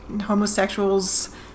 homosexuals